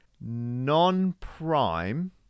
non-prime